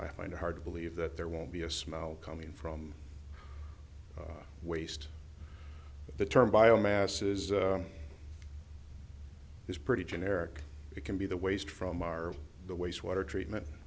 i find hard to believe that there won't be a smile coming from waste the term biomass is is pretty generic it can be the waste from our of the waste water treatment